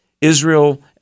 Israel